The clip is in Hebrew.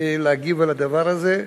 להגיב על הדבר הזה.